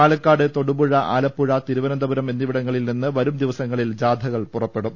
പാലക്കാട് തൊടുപുഴ ആലപ്പുഴ തിരുവനന്തപുരം എന്നിവിടങ്ങളിൽ നിന്ന് വരും ദിവസങ്ങളിൽ ജാഥകൾ പുറപ്പെടും